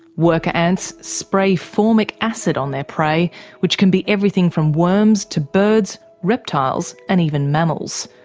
worker ants spray formic acid on their prey which can be everything from worms to birds, reptiles and even mammals.